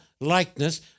likeness